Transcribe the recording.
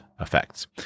effects